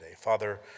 father